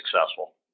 successful